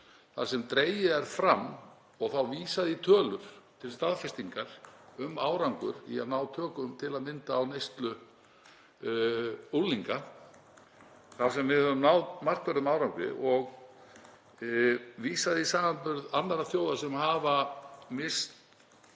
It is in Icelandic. þar sem dregið er fram og vísað í tölur til staðfestingar um árangur í að ná tökum til að mynda á neyslu unglinga þar sem við höfum náð markverðum árangri. Vísað er í samanburð annarra þjóða sem hafa